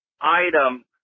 item